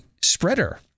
spreader